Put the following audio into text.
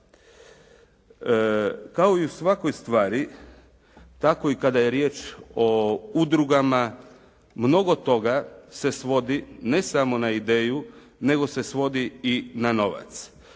Kao i u svakoj stvari tako i kada je riječ o udrugama, mnogo toga se svodi ne samo na ideju nego se svodi i na novac.